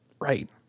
right